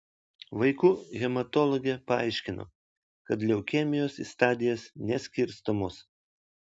vaikų hematologė paaiškino kad leukemijos į stadijas neskirstomos